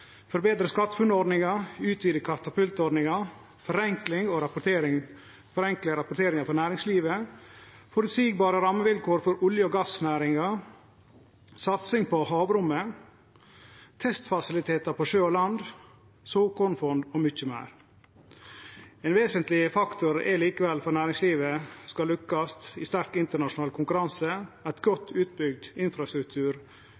forbetre SkatteFUNN-ordninga, utvide Katapult-ordninga, forenkle rapporteringa for næringslivet, føreseielege rammevilkår for olje- og gassnæringa, satsing på havrommet, testfasilitetar på sjø og land, såkornfond og mykje meir. Ein vesentleg faktor for at næringslivet skal lukkast i sterk internasjonal konkurranse, er likevel ein godt utbygd infrastruktur. Samferdsel og infrastruktur generelt er ikkje eit